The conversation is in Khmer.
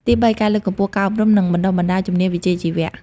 ទីបី ការលើកកម្ពស់ការអប់រំ និងបណ្តុះបណ្តាលជំនាញវិជ្ជាជីវៈ។